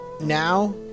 now